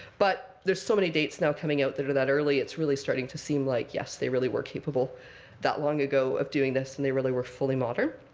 but there's so many dates now coming out that are that early, it's really starting to seem like, yes, they really were capable that long ago of doing this. and they really were fully modern.